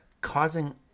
causing